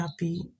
happy